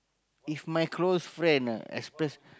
if my close friend ah express